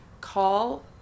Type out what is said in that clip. call